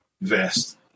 vest